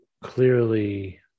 clearly